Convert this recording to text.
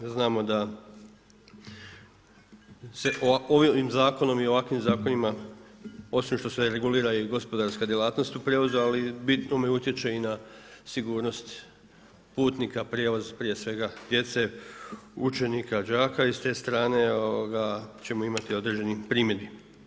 Znamo da se ovim zakonom i ovakvim zakonima i ovakvim zakonima osim što se regulira i gospodarska djelatnost u prijevozu, ali u bitnome utječe i na sigurnost putnika, prijevoz prije svega djece, učenika, đaka i s te strane ćemo imati određenih primjedbi.